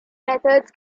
methods